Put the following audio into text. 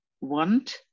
want